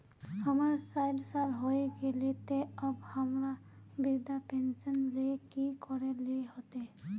हमर सायट साल होय गले ते अब हमरा वृद्धा पेंशन ले की करे ले होते?